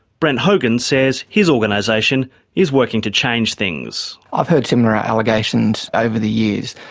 brent hogan says his organisation is working to change things. i've heard similar allegations over the years.